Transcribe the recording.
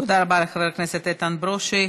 תודה רבה לחבר הכנסת איתן ברושי.